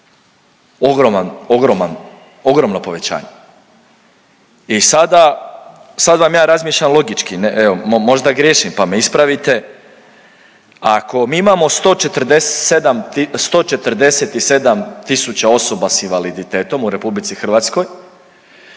ogromno povećanje. I sad vam ja razmišljam logički evo možda griješim pa me ispravite, ako mi imamo 147 tisuća osoba s invaliditetom u RH, ako